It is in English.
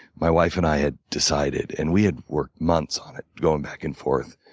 my wife and i had decided, and we had worked months on it going back and forth.